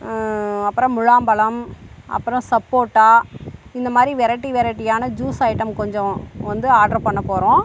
அப்புறோம் முழாம்பழம் அப்புறோம் சப்போட்டா இந்த மாதிரி வெரைட்டி வெரைட்டியான ஜூஸ் ஐட்டம் கொஞ்சம் வந்து ஆட்ரு பண்ணப் போகறோம்